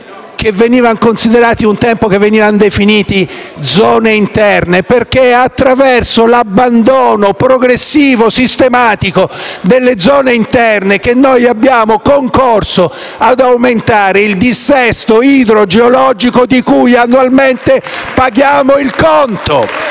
i territori che un tempo venivano definiti zone interne, perché è attraverso l'abbandono progressivo e sistematico delle zone interne che noi abbiamo concorso ad aumentare il dissesto idrogeologico di cui annualmente paghiamo il conto.